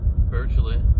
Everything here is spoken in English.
virtually